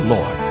Lord